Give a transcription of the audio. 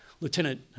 Lieutenant